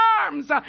arms